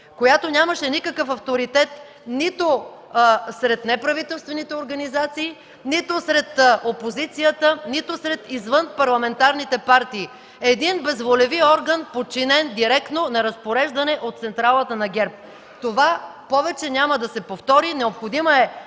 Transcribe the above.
която нямаше никакъв авторитет нито сред неправителствените организации, нито сред опозицията, нито сред извънпарламентарните партии. Един безволеви орган подчинен директно на разпореждане на централата на ГЕРБ. Това повече няма да се повтори! Необходима е